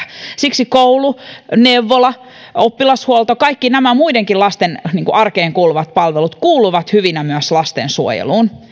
siksi koulu neuvola oppilashuolto kaikki nämä muidenkin lasten arkeen kuuluvat palvelut kuuluvat hyvinä myös lastensuojeluun